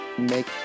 Make